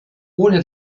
ohne